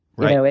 right, right.